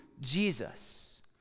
Jesus